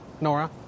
Nora